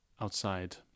outside